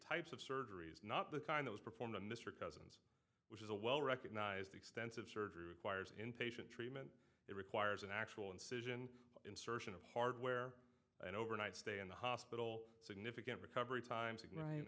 types of surgeries not the kind that was performed on mr cousins which is a well recognized extensive surgery requires inpatient treatment it requires an actual incision insertion of hardware an overnight stay in the hospital significant recovery time signif